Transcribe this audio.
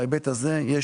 בהיבט הזה,